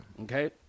Okay